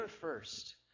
first